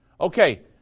okay